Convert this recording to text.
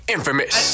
Infamous